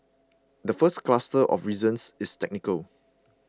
the first cluster of reasons is technical